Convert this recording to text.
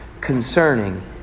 concerning